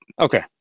Okay